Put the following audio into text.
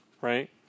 right